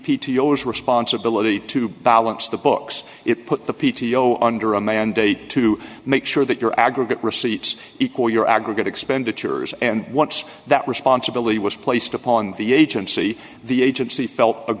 has responsibility to balance the books it put the p t o under a mandate to make sure that your aggregate receipts equal your aggregate expenditures and once that responsibility was placed upon the agency the agency felt